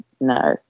no